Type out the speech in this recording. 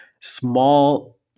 small